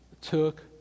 took